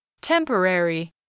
Temporary